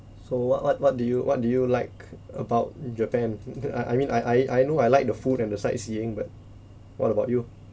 so what what what do you what do you like about japan I I mean I I I know I like the food and the sightseeing but what about you